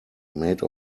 made